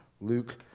Luke